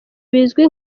bizwi